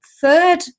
third